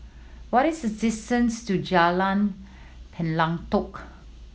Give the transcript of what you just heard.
what is the distance to Jalan Pelatok